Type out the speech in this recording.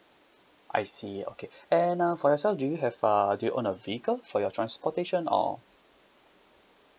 I see okay and uh for yourself do you have uh do you own a vehicle for your transportation or